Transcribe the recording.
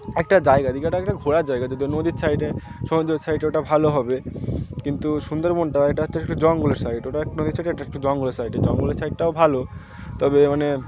একটা জায়গা দীঘাটা একটা ঘোরার জায়গা যদি নদীর সাইডে সমুদ্র সাইডে ওটা ভালো হবে কিন্তু সুন্দরবনটা একটা হচ্ছে একটা জঙ্গল সাইট ওটা একটা নদীর সাইটটা একটা একটা জঙ্গল সাইডে জঙ্গলের সাইডটাও ভালো তবে মানে